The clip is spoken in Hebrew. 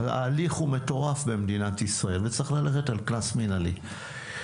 ההליך מטורף במדינת ישראל ויש ללכת על קנס מינהלי.